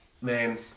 man